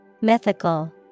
Mythical